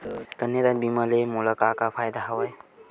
कन्यादान बीमा ले मोला का का फ़ायदा हवय?